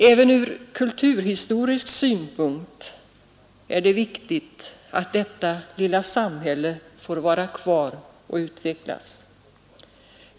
Även från kulturhistorisk synpunkt är det viktigt att detta lilla samhälle får vara kvar och utvecklas.